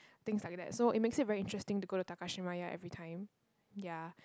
things like that so it make it very interesting to go the Takashimaya everytime ya